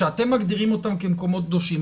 שאתם מגדירים אותם כמקומות קדושים,